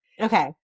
Okay